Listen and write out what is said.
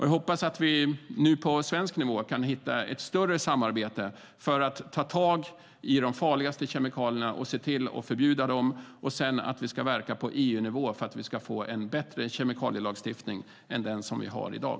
Jag hoppas att vi nu på svensk nivå kan hitta ett större samarbete för att ta tag i de farligaste kemikalierna och se till att förbjuda dem och sedan att vi ska verka på EU-nivå för att få en bättre kemikalielagstiftning än den som vi har i dag.